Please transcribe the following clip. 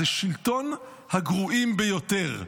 זה שלטון הגרועים ביותר,